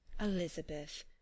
Elizabeth